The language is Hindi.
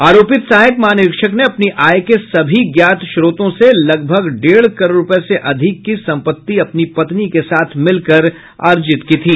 आरोपित सहायक महानिरीक्षक ने अपनी आय के सभी ज्ञात स्रोतों से लगभग डेढ़ करोड़ रुपये से अधिक की संपत्ति अपनी पत्नी के साथ मिलकर अर्जित की थी